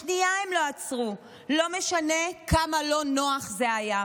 לשנייה הם לא עצרו, לא משנה כמה לא נוח זה היה.